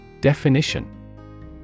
Definition